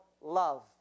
love